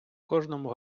кожному